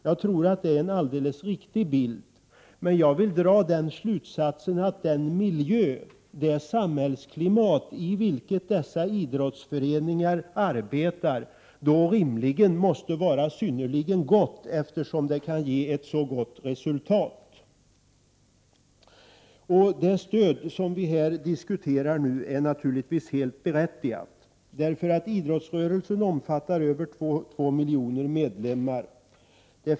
Jag tror att den bilden är helt riktig, men jag drar den slutsatsen att den miljö, det samhällsklimat i vilket dessa idrottsföreningar arbetar rimligen måste vara synnerligen gott, eftersom verksamheten ger ett så bra resultat. Det stöd som vi nu diskuterar är naturligtvis helt berättigat. Idrottsrörelsen omfattar över 2 miljoner medlemmar.